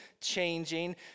changing